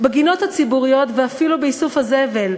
בגינות הציבוריות ואפילו באיסוף הזבל.